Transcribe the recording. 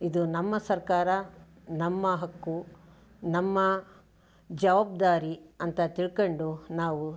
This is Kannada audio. ಇದು ನಮ್ಮ ಸರ್ಕಾರ ನಮ್ಮ ಹಕ್ಕು ನಮ್ಮ ಜವಾಬ್ದಾರಿ ಅಂತ ತಿಳ್ಕೊಂಡು ನಾವು